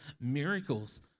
miracles